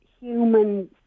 human